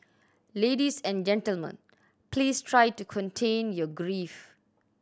ladies and gentlemen please try to contain your grief